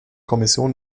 kommission